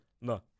no